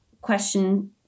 question